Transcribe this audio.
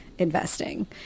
investing